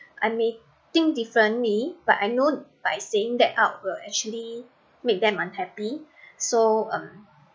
I may think differently but I know by saying that out will actually make them unhappy so um